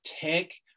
take